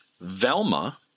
Velma